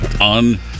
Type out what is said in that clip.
on